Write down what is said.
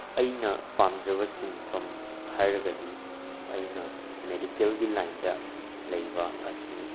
ꯑꯩꯅ ꯄꯥꯝꯖꯕ ꯁꯤꯟꯐꯝ ꯍꯥꯏꯔꯒꯗꯤ ꯑꯩꯅ ꯃꯦꯗꯤꯀꯦꯜꯒꯤ ꯂꯥꯏꯟꯗ ꯂꯩꯕ ꯑꯁꯤꯅꯤ